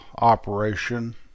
operation